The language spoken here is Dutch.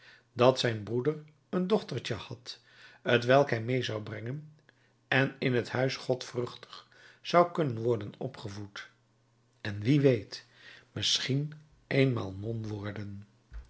dat zijn broeder een dochtertje had t welk hij meê zou brengen en in het huis godvruchtig zou kunnen worden opgevoed en wie weet misschien eenmaal non worden